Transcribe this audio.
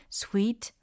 sweet